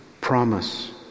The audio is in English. Promise